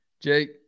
Jake